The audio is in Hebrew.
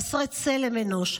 חסרי צלם אנוש,